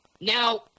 Now